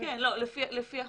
לפי החוק,